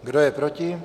Kdo je proti?